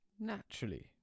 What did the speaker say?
naturally